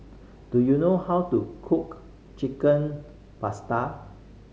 do you know how to cook Chicken Pasta